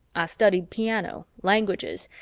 i studied piano, languages,